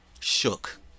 Shook